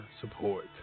support